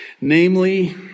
Namely